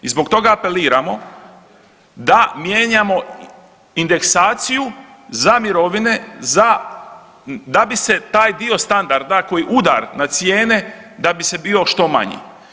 I zbog toga apeliramo da mijenjamo indeksaciju za mirovine da bi se taj dio standarda koji udar na cijene da bi se bio što manji.